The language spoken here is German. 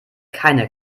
keine